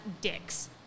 dicks